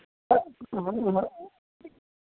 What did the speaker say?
हम हऽ